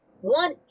one